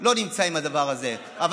לא נמצא עם הדבר הזה, משפט אחרון.